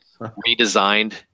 Redesigned